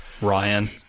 ryan